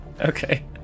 Okay